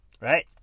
Right